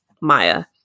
Maya